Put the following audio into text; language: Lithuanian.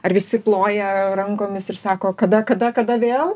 ar visi ploja rankomis ir sako kada kada kada vėl